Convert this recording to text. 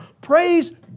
Praise